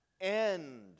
end